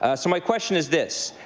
ah so my question is this.